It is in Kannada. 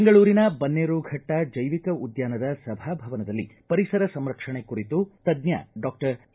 ಬೆಂಗಳೂರಿನ ಬನ್ನೇರುಘಟ್ಟ ಜೈವಿಕ ಉದ್ದಾನದ ಸಭಾ ಭವನದಲ್ಲಿ ಪರಿಸರ ಸಂರಕ್ಷಣೆ ಕುರಿತು ತಜ್ಜ ಡಾಕ್ಟರ್ ಎ